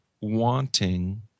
wanting